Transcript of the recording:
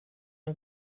man